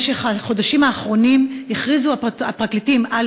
בחודשים האחרונים הכריזו הפרקליטים על